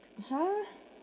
!huh!